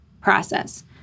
process